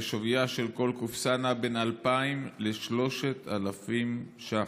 ושווייה של כל קופסה נע בין 2,000 ל-3,000 ש"ח".